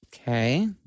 Okay